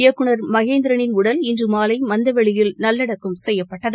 இயக்குனர் மகேந்திரனின் உடல் இன்றுமாலைமந்தைவெளியில் நல்வடக்கம் செய்யப்பட்டது